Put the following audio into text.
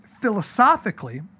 philosophically